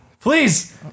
please